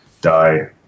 die